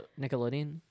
nickelodeon